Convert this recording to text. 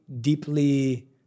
deeply